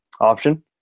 option